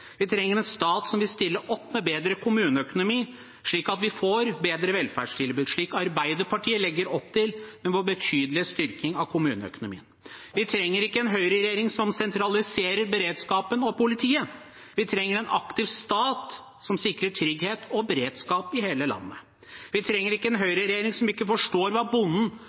Vi trenger en stat som vil stille opp med bedre kommuneøkonomi, slik at vi får bedre velferdstilbud, slik Arbeiderpartiet legger opp til med sin betydelige styrking av kommuneøkonomien. Vi trenger ikke en høyreregjering som sentraliserer beredskapen og politiet. Vi trenger en aktiv stat som sikrer trygghet og beredskap i hele landet. Vi trenger ikke en høyreregjering som ikke forstår hva bonden